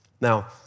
Now